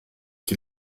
die